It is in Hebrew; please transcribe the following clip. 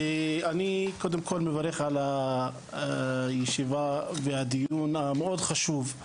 אני קודם כל מברך על הישיבה והדיון המאוד חשוב.